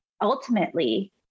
ultimately